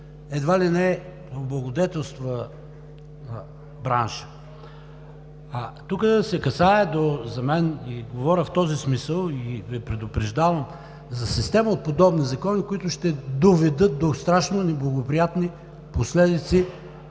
едва ли не облагодетелства бранша. За мен тук се касае, говоря в този смисъл и Ви предупреждавам, за система от подобни закони, които ще доведат до страшно неблагоприятни последици